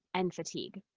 and fatigue.